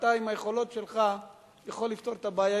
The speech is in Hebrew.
אתה עם היכולות שלך יכול לפתור את הבעיה,